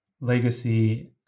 Legacy